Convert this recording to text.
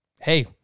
hey